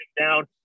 down